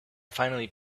finally